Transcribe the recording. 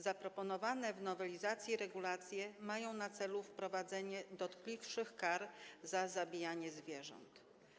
Zaproponowane w nowelizacji regulacje mają na celu wprowadzenie dotkliwszych kar za zabijanie zwierząt.